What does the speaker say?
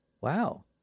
Wow